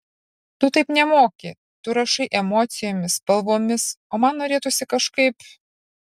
tu taip nemoki tu rašai emocijomis spalvomis o man norėtųsi kažkaip